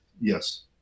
yes